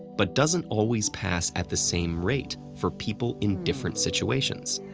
but doesn't always pass at the same rate for people in different situations,